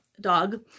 dog